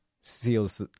seals